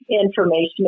information